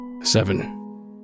Seven